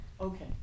Okay